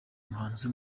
muhanzi